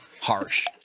Harsh